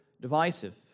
divisive